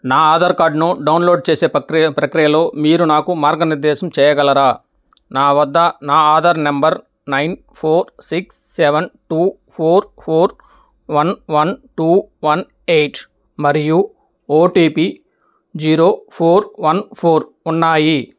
నా ఆధార్కార్డ్ను డౌన్లోడ్ చేసే పక్రియ ప్రక్రియలో మీరు నాకు మార్గనిర్దేశం చేయగలరా నా వద్ద నా Aadhaar number nine four six seven two four four one one two one eight మరియు OTP zero four one four ఉన్నాయి